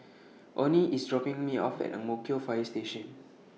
Onie IS dropping Me off At Ang Mo Kio Fire Station